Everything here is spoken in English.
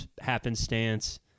happenstance